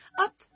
Up